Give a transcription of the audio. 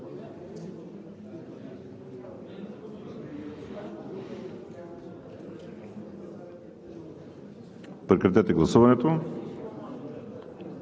Прекратете гласуването